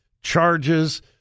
charges